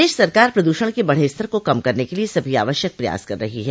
प्रदेश सरकार प्रदूषण के बढ़े स्तर को कम करने के लिये सभी आवश्यक प्रयास कर रही है